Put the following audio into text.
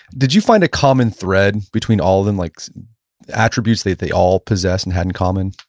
did you find a common thread between all of them, like attributes that they all possess and had in common?